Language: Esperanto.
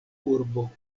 urbo